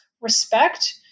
respect